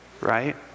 right